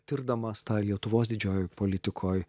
tirdamas tą lietuvos didžiojoj politikoj